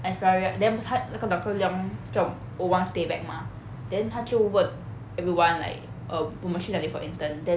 astriya then 他那个 doctor leong 叫 O one stay back mah then 他就问 everyone like um 我们去哪里 for intern then